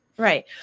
Right